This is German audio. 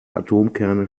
atomkerne